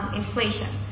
inflation